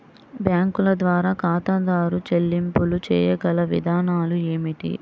బ్యాంకుల ద్వారా ఖాతాదారు చెల్లింపులు చేయగల విధానాలు ఏమిటి?